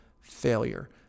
failure